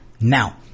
Now